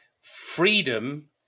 Freedom